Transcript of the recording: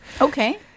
okay